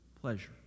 pleasure